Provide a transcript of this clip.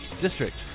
district